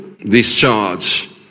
discharge